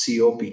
COP